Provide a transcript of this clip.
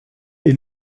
est